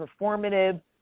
performative